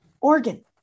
organ